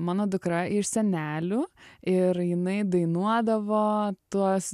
mano dukra iš senelių ir jinai dainuodavo tuos